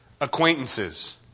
acquaintances